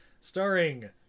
starring